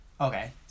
Okay